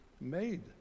made